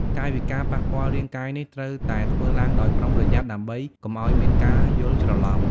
កាយវិការប៉ះពាល់រាងកាយនេះត្រូវតែធ្វើឡើងដោយប្រុងប្រយ័ត្នដើម្បីកុំឲ្យមានការយល់ច្រឡំ។